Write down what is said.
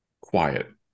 quiet